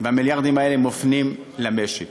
והמיליארדים האלה מופנים למשק.